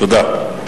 תודה.